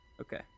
Okay